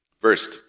First